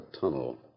tunnel